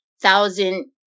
thousand